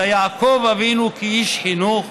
אלא שיעקב אבינו, כאיש חינוך,